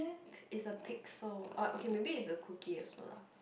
is a pixel uh okay maybe is a cookie also lah